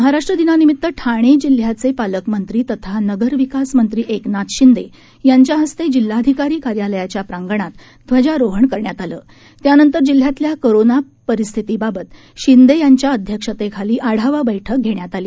महाराष्ट्र दिनानिमित्त ठाणे जिल्ह्याचे पालकमंत्री तथा नगरविकास मंत्री एकनाथ शिंदे यांच्या हस्ते जिल्हाधिकारी कार्यालयाच्या प्रांगणात ध्वजारोहण करण्यात आलं त्यानंतर जिल्ह्यातल्या कोरोना परिस्थितीबाबत शिंदे यांच्या अध्यक्षतेखाली आढावा बैठक घेण्यात आली